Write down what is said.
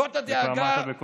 כבר אמרת את זה קודם.